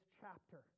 chapter